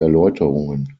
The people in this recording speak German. erläuterungen